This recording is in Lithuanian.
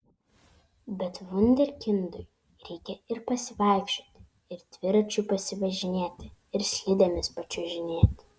bet vunderkindui reikia ir pasivaikščioti ir dviračiu pasivažinėti ir slidėmis pačiuožinėti